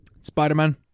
Spider-Man